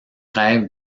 rêve